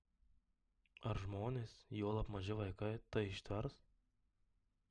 ar žmonės juolab maži vaikai tai ištvers